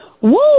Woo